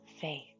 faith